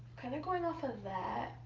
kind of going off of that,